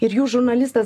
ir jų žurnalistas